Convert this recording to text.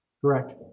Correct